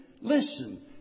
Listen